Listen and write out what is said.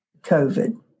COVID